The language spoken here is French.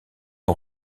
ont